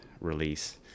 release